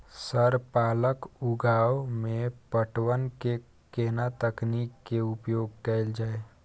Sir पालक उगाव में पटवन के केना तकनीक के उपयोग कैल जाए?